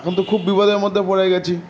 এখন তো খুব বিপদের মধ্যে পড়ে গেছি